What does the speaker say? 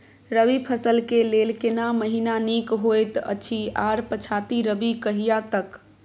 रबी फसल के लेल केना महीना नीक होयत अछि आर पछाति रबी कहिया तक?